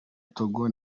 togo